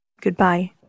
Goodbye